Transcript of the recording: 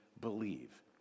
believe